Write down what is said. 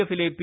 എഫിലെ പി